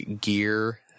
gear